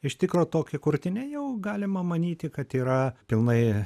iš tikro tokie kurtiniai jau galima manyti kad yra pilnai